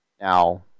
Now